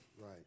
Right